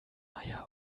meier